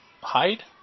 hide